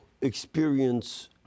experience